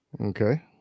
Okay